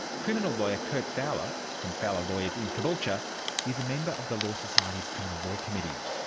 criminal lawyer kurt fowler from fowler lawyers in caboolture is a member of the law society's criminal law committee.